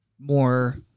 more